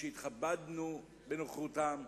שהתכבדנו בנוכחותם.